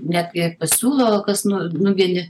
netgi pasiūlo kas nu nugeni